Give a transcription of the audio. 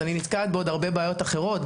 אז אני נתקעת בעוד הרבה בעיות אחרות,